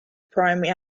primary